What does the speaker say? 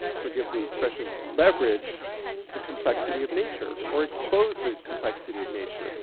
forgive the expression, leverage the complexity of nature, or expose the complexity of nature,